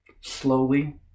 Slowly